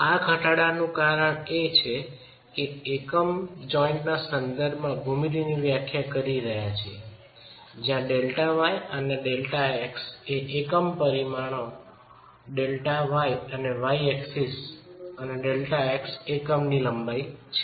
આ ઘટાડાનું કારણ એ છે કે એકમ જોઈન્ટના સંદર્ભમાં ભૂમિતિની વ્યાખ્યા કરી રહયા છીએ જ્યાં Δy અને Δx એ એકમ પરિમાણો Δy એ y અક્ષ સાથે અને Δx એકમની લંબાઈ છે